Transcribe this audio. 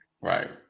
Right